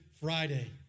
Friday